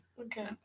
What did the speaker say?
Okay